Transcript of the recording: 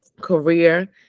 career